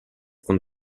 con